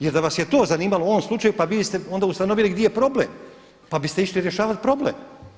Jer da vas je to zanimalo u ovom slučaju pa vi biste onda ustanovili di je problem, pa biste išli rješavati problem.